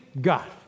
God